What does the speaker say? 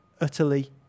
utterly